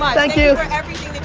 thank you for everything that you